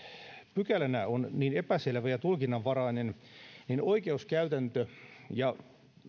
pykälänä on niin epäselvä ja tulkinnanvarainen niin oikeuskäytäntö ja